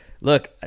Look